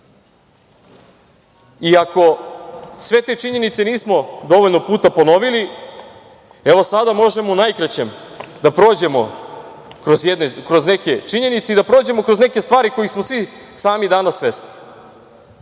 I ako sve te činjenice nismo dovoljno puta ponovili, evo sada možemo u najkraćem da prođemo kroz neke činjenice i da prođemo kroz neke stvari kojih smo svi danas